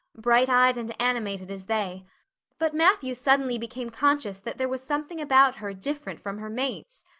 bright eyed and animated as they but matthew suddenly became conscious that there was something about her different from her mates.